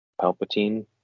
palpatine